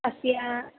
अस्य